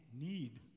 need